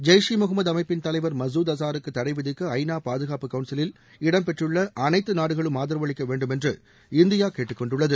ஜெய்ஷ் இ முஹமது அமைப்பின் தலைவர் மசூத் அஸாருக்கு தடை விதிக்க ஐநா பாதுகாப்பு கவுன்சிலில் இடம்பெற்றுள்ள அனைத்து நாடுகளும் ஆதரவளிக்க வேண்டும் என்று இந்தியா கேட்டுக் கொண்டுள்ளது